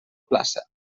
plaça